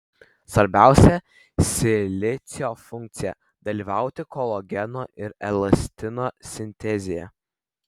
svarbiausia silicio funkcija dalyvauti kolageno ir elastino sintezėje